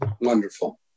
Wonderful